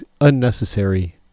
unnecessary